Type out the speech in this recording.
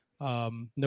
No